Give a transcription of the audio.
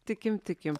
tikim tikim